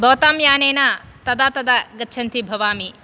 भवताम् यानेन तदा तदा गच्छन्ती भवामि